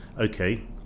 okay